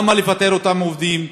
למה לפטר את אותם עובדים,